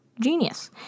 genius